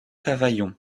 cavaillon